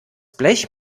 blech